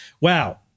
Wow